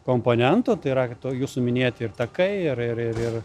komponentų tai yra jūsų minėti ir takai ir ir ir